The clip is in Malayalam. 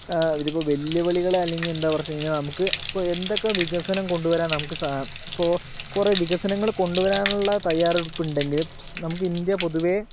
ഇതിപ്പോൾ വെല്ലുവിളികളെ അല്ലെങ്കിൽ എന്താ കുറച്ച് കഴിഞ്ഞാൽ നമുക്ക് ഇപ്പോൾ എന്തൊക്കെ വികസനം കൊണ്ടുവരാൻ നമുക്ക് ഇപ്പോൾ കുറേ വികസനങ്ങൾ കൊണ്ടുവരാനുള്ള തയ്യാറെടുപ്പുണ്ടെങ്കിലും നമുക്ക് ഇന്ത്യ പൊതുവെ